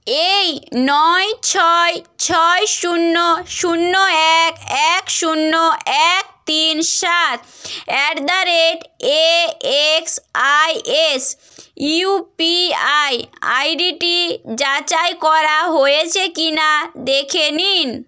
এই নয় ছয় ছয় শূন্য শূন্য এক এক শূন্য এক তিন সাত at the rate axis UPI আইডিটি যাচাই করা হয়েছে কি না দেখে নিন